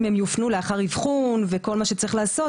הם יופנו לאחר אבחון וכל מה שצריך לעשות,